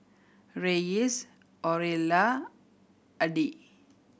Reyes Aurilla Addie